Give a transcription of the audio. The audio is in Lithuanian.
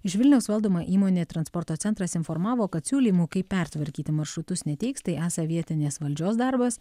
iš vilniaus valdoma įmonė transporto centras informavo kad siūlymų kaip pertvarkyti maršrutus neteiks tai esą vietinės valdžios darbas